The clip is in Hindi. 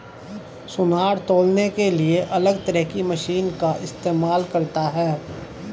सुनार तौलने के लिए अलग तरह की मशीन का इस्तेमाल करता है